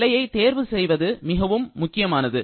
எல்லையை தேர்வு செய்வது மிக முக்கியமானது